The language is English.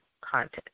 content